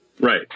Right